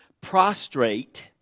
prostrate